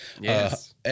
Yes